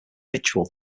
ritual